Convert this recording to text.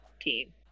team